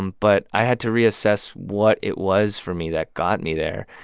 but i had to reassess what it was for me that got me there.